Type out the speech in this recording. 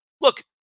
look